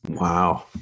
Wow